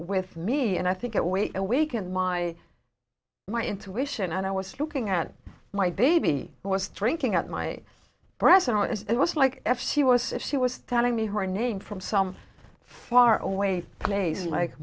with me and i think that wait a week and my my intuition and i was looking at my baby was drinking at my breast and it was like if she was if she was telling me her name from some far own way plays like